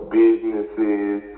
businesses